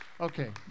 Okay